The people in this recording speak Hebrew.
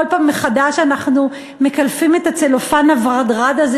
כל פעם מחדש אנחנו מקלפים את הצלופן הוורדרד הזה,